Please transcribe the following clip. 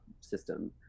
system